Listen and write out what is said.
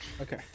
Okay